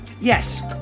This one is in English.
yes